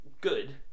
good